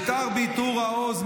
עוטר בעיטור העוז,